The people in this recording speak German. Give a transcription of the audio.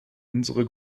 unsere